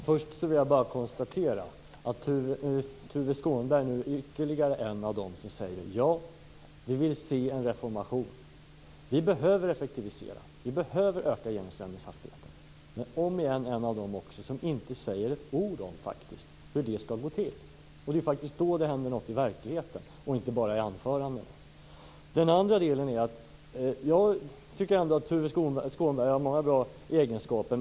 Fru talman! Först vill jag bara konstatera att Tuve Skånberg nu är ännu en av dem som säger: Ja, vi vill se en reformering. Vi behöver öka genomströmningshastigheten. Men han är omigen en av dem som inte säger ett ord om hur det skall gå till. Det är då det händer något i verkligheten och inte bara i anföranden. Jag tycker att Tuve Skånberg har många bra egenskaper.